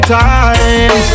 time